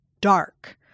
dark